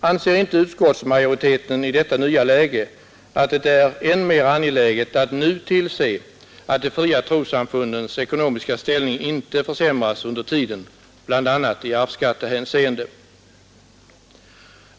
Anser inte utskottsmajoriteten att det i detta nya läge är ännu mer angeläget att tillse att de fria trossamfundens ekonomiska ställning inte försämras under tiden, bl.a. i arvsskattehänseende?